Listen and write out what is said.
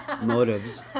motives